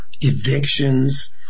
evictions